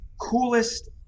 coolest